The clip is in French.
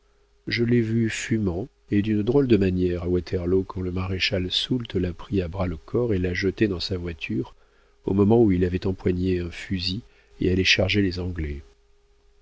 je l'ai vu fumant et d'une drôle de manière à waterloo quand le maréchal soult l'a pris à bras-le-corps et l'a jeté dans sa voiture au moment où il avait empoigné un fusil et allait charger les anglais